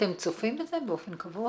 --- אתם צופים בזה באופן קבוע.